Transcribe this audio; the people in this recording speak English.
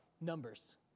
numbers